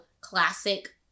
classic